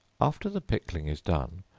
after the pickling is done,